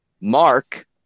Mark